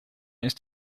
ist